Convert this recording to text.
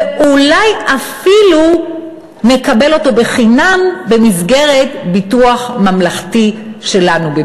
ואולי אפילו מקבל אותו בחינם במסגרת הביטוח הממלכתי שלנו,